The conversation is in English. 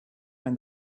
when